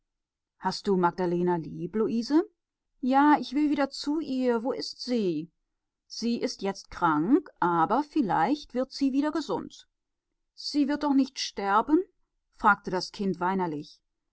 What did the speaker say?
hast du magdalena lieb luise ja ich will wieder zu ihr wo ist sie sie ist jetzt krank aber vielleicht wird sie wieder gesund sie wird doch nicht sterben fragte das kind weinerlich